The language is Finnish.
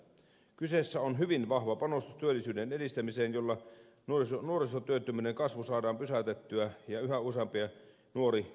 kyseessä on hyvin vahva panostus työllisyyden edistämiseen jolla nuorisotyöttömyyden kasvu saadaan pysäytettyä ja yhä useampi nuori työllistetyksi